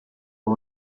por